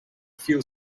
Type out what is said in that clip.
few